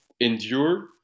endure